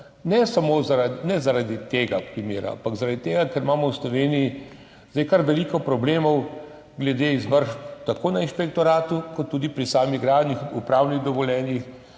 ampak zaradi tega, ker imamo v Sloveniji zdaj kar veliko problemov glede izvršb, tako na inšpektoratu kot tudi pri sami gradnji, upravnih dovoljenjih